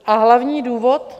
A hlavní důvod?